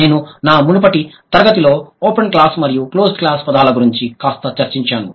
నేను నా మునుపటి తరగతిలో ఓపెన్ క్లాస్ మరియు క్లోజ్డ్ క్లాస్ పదాల గురించి కాస్త చర్చించాను